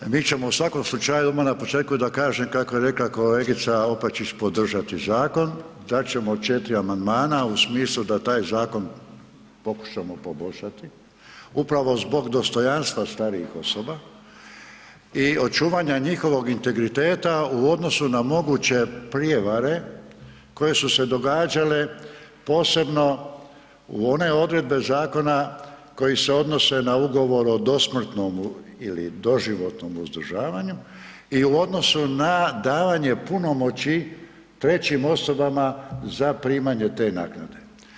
Mi ćemo u svakom slučaju, odmah na početku da kažem, kako je rekla kolegica Opačić podržati zakon, dat ćemo 4 amandmana u smislu da taj zakon pokušamo poboljšati upravo zbog dostojanstva starijih osoba i očuvanja njihovog integriteta u odnosu na moguće prijevare koje su se događale, posebno u one odredbe zakona koje se odnose na ugovor o dosmrtnomu ili doživotnom uzdržavanju i u odnosu na davanje punomoći trećim osobama za primanje te naknade.